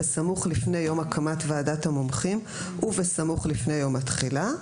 בסמוך לפני יום ועדת המומחים ובסמוך לפני יום התחילה,